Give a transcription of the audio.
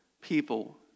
people